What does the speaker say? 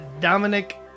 dominic